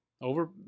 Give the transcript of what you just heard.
Over